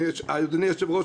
אדוני היושב-ראש,